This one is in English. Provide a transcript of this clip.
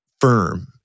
firm